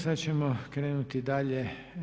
Sad ćemo krenuti dalje.